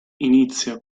inizia